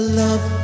love